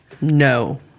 No